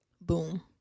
Boom